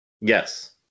Yes